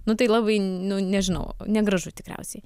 nu tai labai nu nežinau negražu tikriausiai